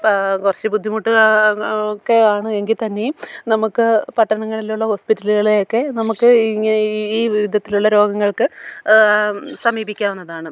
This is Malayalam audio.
കുറച്ച് ബുദ്ധിമുട്ട് ഒക്കെ ആണ് എങ്കിൽ തന്നെയും നമുക്ക് പട്ടണങ്ങളിലുള്ള ഹോസ്പിറ്റലുകളെയൊക്കെ നമുക്ക് ഇങ്ങനെ ഈ വിധത്തിലുള്ള രോഗങ്ങൾക്ക് സമീപിക്കാവുന്നതാണ്